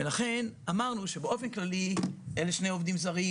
ולכן אמרנו שבאופן כללי אלה שני עובדים זרים,